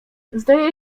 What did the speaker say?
zdaje